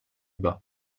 bas